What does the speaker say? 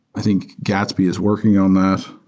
i think gatsby is working on that,